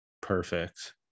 perfect